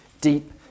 deep